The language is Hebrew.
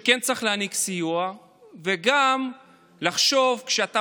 שכן צריך להעניק סיוע וגם לחשוב כשאתה